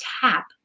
tap